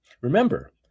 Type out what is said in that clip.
Remember